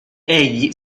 egli